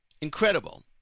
Incredible